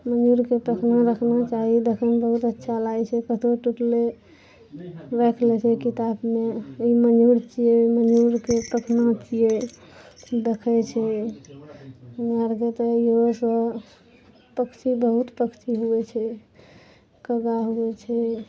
मयूरके तखनो रखना चाही देखैमे बहुत अच्छा लागै छै कतौ टुटलै राखि लै छै किताबमे ई मयूर छियै मयूरके कसना छियै देखै छै हमरा आरके तऽ इहो सब पक्षी बहुत पक्षी हुअइ छै कागा हुअइ छै